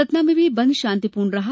सतना में भी बंद शांतिपूर्ण रहा